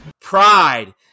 pride